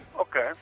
Okay